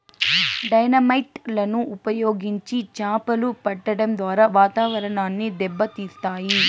dynamite లను ఉపయోగించి చాపలు పట్టడం ద్వారా వాతావరణాన్ని దెబ్బ తీస్తాయి